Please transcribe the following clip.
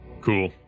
Cool